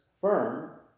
firm